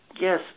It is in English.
yes